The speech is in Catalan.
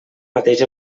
mateix